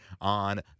on